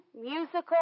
musical